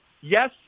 yes